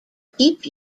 keep